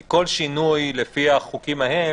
כי כל שינוי לפי החוקים ההם,